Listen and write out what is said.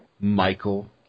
Michael